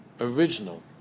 original